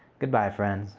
good bye, friends.